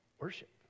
worship